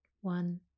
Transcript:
one